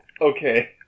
okay